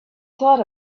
thought